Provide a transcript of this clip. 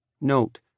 Note